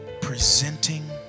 presenting